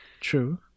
True